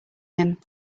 him